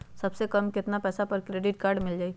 सबसे कम कतना पैसा पर क्रेडिट काड मिल जाई?